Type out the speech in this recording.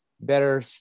better